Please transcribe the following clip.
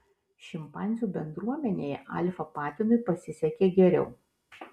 šimpanzių bendruomenėje alfa patinui pasisekė geriau